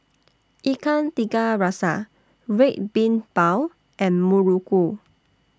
Ikan Tiga Rasa Red Bean Bao and Muruku